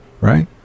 Right